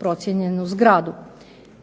procijenjenu zgradu.